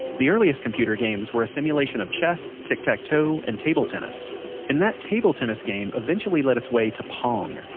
the earliest computer games were simulations of chess, tic tac toe, and table tennis and that table tennis game eventually led its way to pong,